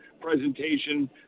presentation